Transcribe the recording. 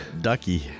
ducky